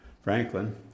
Franklin